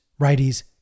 righties